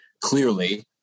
clearly